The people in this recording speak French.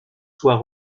soit